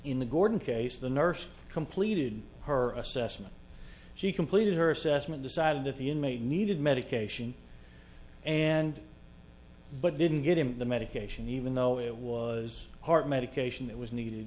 in the gordon case the nurse completed her assessment she completed her assessment decided that the inmate needed medication and but didn't give him the medication even though it was heart medication that was needed